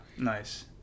Nice